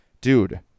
dude